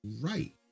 right